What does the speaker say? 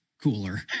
cooler